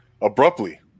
abruptly